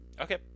okay